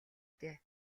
дээ